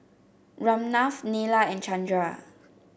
Ramnath Neila and Chandra